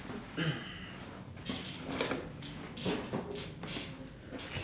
uh I have O_C_D so shall we arrange the cards in colours